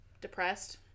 depressed